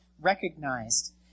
recognized